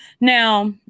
now